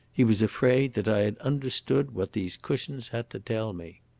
he was afraid that i had understood what these cushions had to tell me.